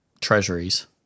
treasuries